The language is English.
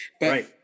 right